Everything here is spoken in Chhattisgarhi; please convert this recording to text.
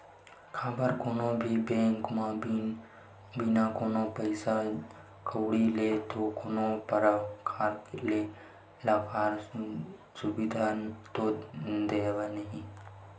काबर के कोनो भी बेंक ह बिना कोनो पइसा कउड़ी ले तो कोनो परकार ले लॉकर के सुबिधा तो देवय नइ